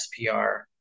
SPR